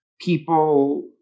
people